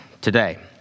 today